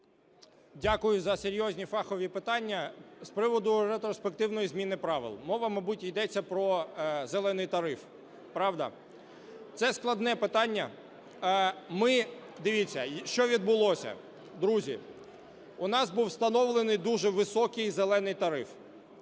Дякую за серйозні фахові питання. З приводу ретроспективної зміни правил. Мова, мабуть, йдеться про "зелений" тариф, правда? Це складне питання. Ми, дивіться, що відбулося. Друзі, у нас був встановлений дуже високий "зелений" тариф.